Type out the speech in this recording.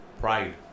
Pride